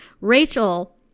Rachel